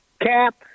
Cap